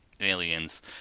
Aliens